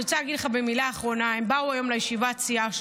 אני רוצה להגיד לך במילה אחרונה: הם באו היום לישיבת הסיעה שלנו,